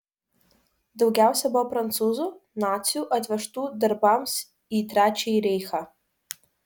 daugiausiai buvo prancūzų nacių atvežtų darbams į trečiąjį reichą